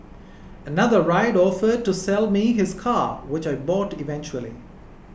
another rider offered to sell me his car which I bought eventually